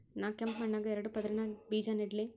ನಾ ಕೆಂಪ್ ಮಣ್ಣಾಗ ಎರಡು ಪದರಿನ ಬೇಜಾ ನೆಡ್ಲಿ?